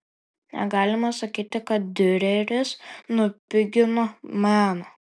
negalima sakyti kad diureris nupigino meną